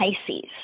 Pisces